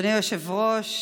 אדוני היושב-ראש,